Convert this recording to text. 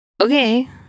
Okay